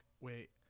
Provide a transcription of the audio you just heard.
Wait